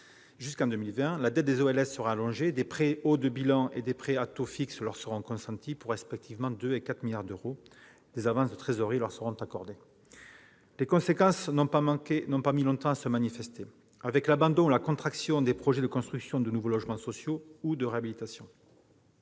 jusqu'en 2020, la dette des OLS sera allongée, des prêts haut de bilan et des prêts à taux fixes leur seront consentis, pour respectivement 2 milliards et 4 milliards d'euros, des avances de trésorerie leur seront accordées ... Les conséquences, je le disais, n'ont pas mis longtemps à se manifester, sous forme d'abandon ou de contraction de projets de construction de nouveaux logements sociaux et de réhabilitation.